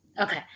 Okay